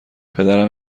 پدرم